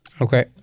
Okay